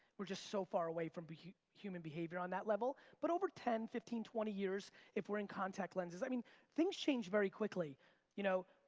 we're just so far away from human behavior on that level, but over ten, fifteen, twenty years if we're in contact lenses i mean things change very quickly you know,